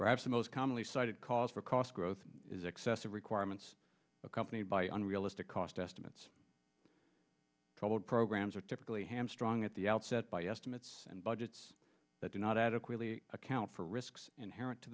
perhaps the most commonly cited cause for cost growth is excessive requirements accompanied by unrealistic cost estimates troubled programs are typically ham strong at the outset by estimates and budgets that do not adequately account for risks inherent to